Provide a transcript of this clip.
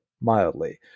mildly